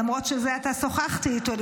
למרות שזה עתה שוחחתי איתו,